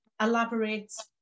elaborates